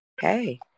Hey